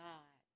God